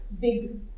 big